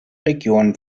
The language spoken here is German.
region